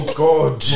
god